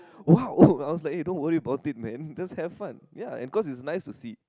!wow! oh I was like eh don't worry about it man just have fun ya and cause it's nice to see